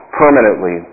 permanently